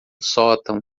sótão